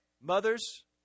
Mothers